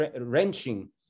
wrenching